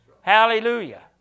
Hallelujah